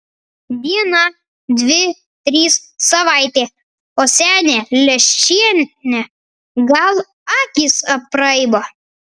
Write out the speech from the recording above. diena dvi trys savaitė o senė leščienė gal akys apraibo